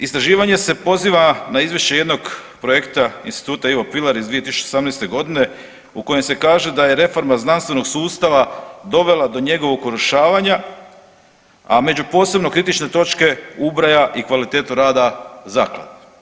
Istraživanje se poziva na izvješće jednog projekta Instituta Ivo Pilar iz 2018.g. u kojem se kaže da je reforma znanstvenog sustava dovela do njegovog urušavanja, a među posebno kritične točke ubraja i kvalitetu rada zaklade.